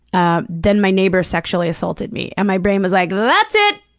ah then my neighbor sexually assaulted me, and my brain was like, that's it!